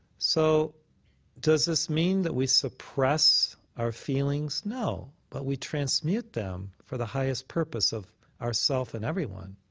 so does this mean that we suppress our feelings? no, but we transmute them for the highest purpose of our self and everyone.